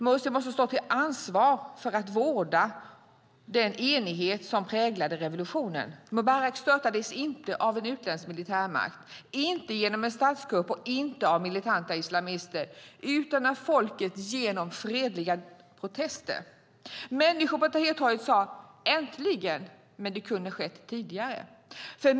Mursi måste ta ansvar för att vårda den enighet som präglade revolutionen. Mubarak störtades inte av en utländsk militärmakt, inte genom en statskupp och inte av militanta islamister utan av folket genom fredliga protester. Människor på Tahrirtorget sade: "Äntligen, men det kunde ha skett tidigare."